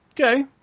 okay